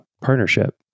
partnership